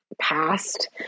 past